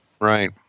Right